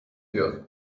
wird